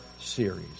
series